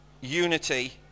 unity